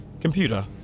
Computer